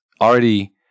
already